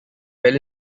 well